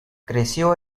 creció